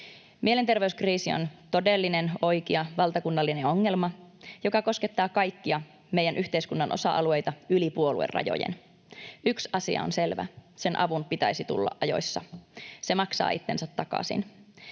Mielenterveyskriisi on todellinen, oikea valtakunnallinen ongelma, joka koskettaa kaikkia meidän yhteiskunnan osa-alueita yli puoluerajojen. Yksi asia on selvä: sen avun pitäisi tulla ajoissa. Se maksaa itsensä takaisin.